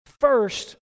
First